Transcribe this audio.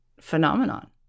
phenomenon